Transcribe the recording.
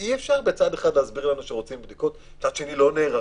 אי-אפשר בצד אחד להסביר לאנשים שצריך בדיקות ומצד שני לא נערכים.